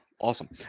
Awesome